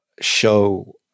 show